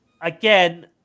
again